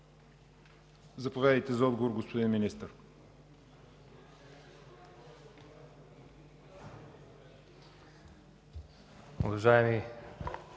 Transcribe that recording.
Заповядайте за отговор, господин Министър. МИНИСТЪР